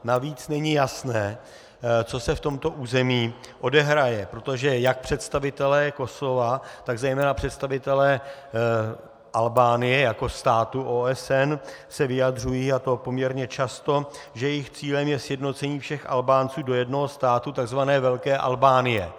Navíc není jasné, co se v tomto území odehraje, protože jak představitelé Kosova, tak zejména představitelé Albánie jako státu OSN se vyjadřují, a to poměrně často, že jejich cílem je sjednocení všech Albánců do jednoho státu, takzvané Velké Albánie.